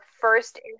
first